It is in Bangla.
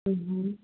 হুম